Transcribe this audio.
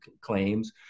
claims